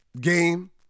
game